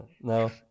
No